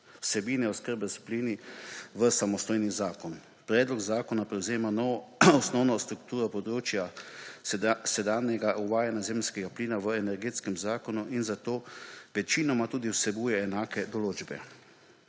vsebine oskrbe s plini v samostojni zakon. Predlog zakona prevzema osnovno strukturo področja sedanjega uvajanja zemeljskega plina v Energetskem zakonu in zato večinoma tudi vsebuje enake določbe.